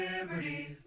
Liberty